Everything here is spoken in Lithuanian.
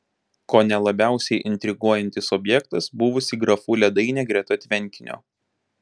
kone labiausiai intriguojantis objektas buvusi grafų ledainė greta tvenkinio